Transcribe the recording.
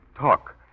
talk